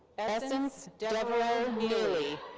essence devero neely.